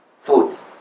foods